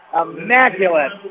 immaculate